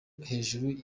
hejuru